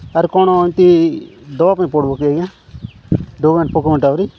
ଆର୍ କ'ଣ ଏମିତି ଦେବା ପାଇଁ ପଡ଼ିବ କି ଆଜ୍ଞା ଡକ୍ୟୁମେଣ୍ଟ୍ ପୋକୁମେଣ୍ଟ୍ ଆହୁରି